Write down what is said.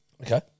Okay